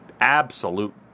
absolute